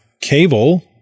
cable